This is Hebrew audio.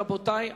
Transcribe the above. רבותי,